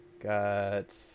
Got